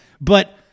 But-